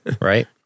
Right